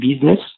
business